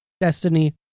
Destiny